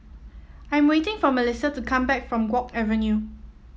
I am waiting for Melissa to come back from Guok Avenue